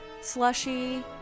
slushy